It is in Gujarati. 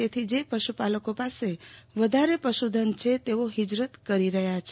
તેથી જે પશુપાલકો પાસે વધારે પશુધન છે તેઓ હિજરત કરી રહ્યા છે